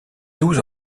douze